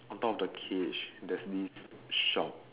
on top of the cage there's this shop